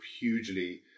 hugely